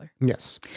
Yes